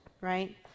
right